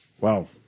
Wow